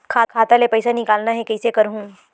खाता ले पईसा निकालना हे, कइसे करहूं?